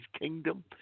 kingdom